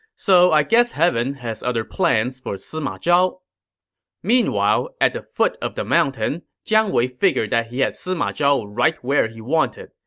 so, i guess heaven has other plans for sima zhao meanwhile, at the foot of the mountain, jiang wei figured he had sima zhao right where he wanted.